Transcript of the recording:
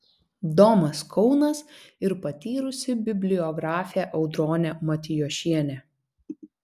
domas kaunas ir patyrusi bibliografė audronė matijošienė